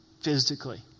Physically